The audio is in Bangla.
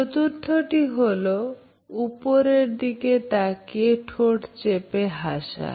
চতুর্থটি হলো উপরের দিকে তাকিয়ে ঠোঁট চেপে হাসে